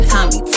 Tommy